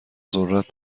ذرت